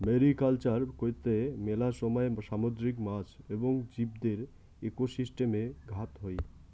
mariculture কৈত্তে মেলা সময় সামুদ্রিক মাছ এবং জীবদের একোসিস্টেমে ঘাত হই